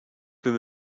him